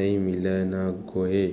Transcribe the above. नइ मिलय न गोये